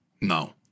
No